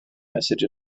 message